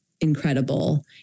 incredible